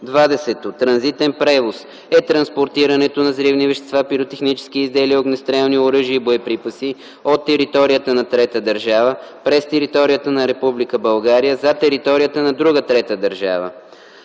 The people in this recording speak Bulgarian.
органи. 20. „Транзитен превоз“ е транспортирането на взривни вещества, пиротехнически изделия, огнестрелни оръжия и боеприпаси от територията на трета държава през територията на Република България за територията на друга трета държава.